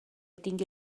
tingui